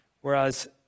whereas